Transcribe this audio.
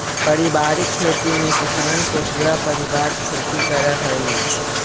पारिवारिक खेती में किसान के पूरा परिवार खेती करऽ हइ